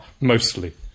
mostly